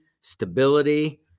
stability